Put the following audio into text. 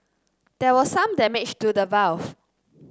there was some damage to the valve